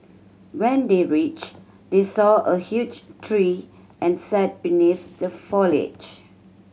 when they reached they saw a huge tree and sat beneath the foliage